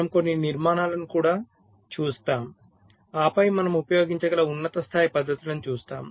మనము కొన్ని నిర్మాణాలను కూడా చూస్తాము ఆపై మనం ఉపయోగించగల ఉన్నత స్థాయి పద్ధతులను చూస్తాము